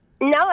No